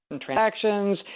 transactions